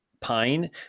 Pine